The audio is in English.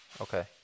Okay